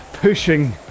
pushing